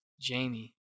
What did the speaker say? Jamie